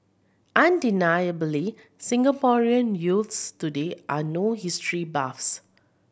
undeniably Singaporean youths today are no history buffs